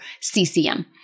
CCM